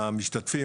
המשתתפים,